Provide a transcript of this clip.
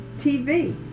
TV